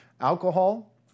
alcohol